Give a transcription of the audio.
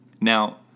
Now